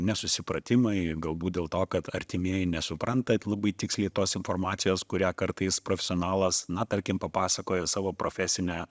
nesusipratimai galbūt dėl to kad artimieji nesupranta labai tiksliai tos informacijos kurią kartais profesionalas na tarkim papasakojo savo profesine